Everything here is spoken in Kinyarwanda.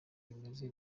bimeze